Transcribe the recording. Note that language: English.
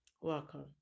welcome